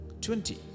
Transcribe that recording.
twenty